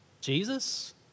Jesus